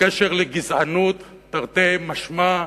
בקשר לגזענות תרתי משמע,